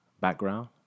background